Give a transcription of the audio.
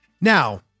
now